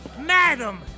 Madam